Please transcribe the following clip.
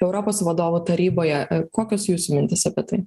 europos vadovų taryboje kokios jūsų mintys apie tai